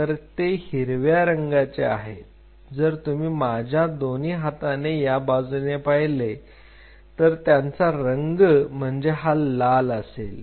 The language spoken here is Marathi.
तर ते हिरव्या रंगाचे आहेत जर तुम्ही माझ्या दोन्ही हाताने या बाजूने पाहिले तर त्यांचा रंग म्हणजे हा लाल असेल